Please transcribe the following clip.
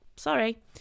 Sorry